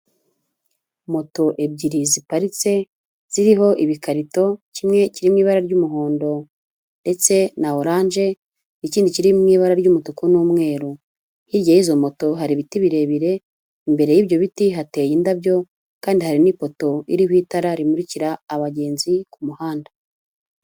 Moto ebyiri ziparitse ziriho ibikarito kimwe kiri mu ibara ry'umuhondo ndetse na orange, ikindi kiri mu ibara ry'umutuku n'umweru, hirya y'izo moto hari ibiti birebire, imbere y'ibyo biti hateye indabyo kandi harimo ipoto iriho itara rimurikira abagenzi ku muhanda.